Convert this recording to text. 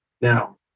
now